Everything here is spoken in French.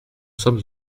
sommes